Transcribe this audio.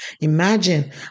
Imagine